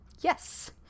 Yes